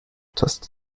tastet